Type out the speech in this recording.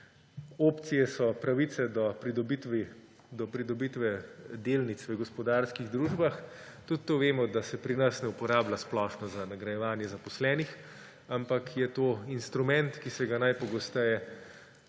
opcije so pravice do pridobitve delnic v gospodarskih družbah. Tudi to vemo, da se pri nas ne uporablja splošno za nagrajevanje zaposlenih, ampak je to instrument, ki se ga najpogosteje